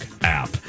app